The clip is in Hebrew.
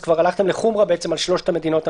אז כבר הלכתם לחומרה על שלוש המדינות הנוספות.